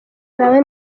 zawe